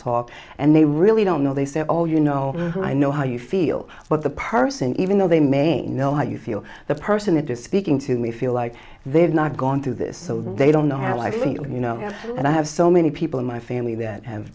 talk and they really don't know they say oh you know i know how you feel but the person even though they may know how you feel the person it is speaking to me feel like they have not gone through this so they don't know how i feel you know and i have so many people in my family that have